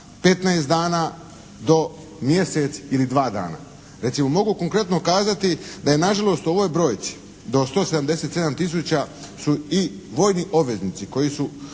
15 dana do mjesec ili dva dana. Recimo mogu konkretno kazati da je na žalost o ovoj brojci do 177 000 su i vojni obveznici koji su